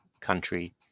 country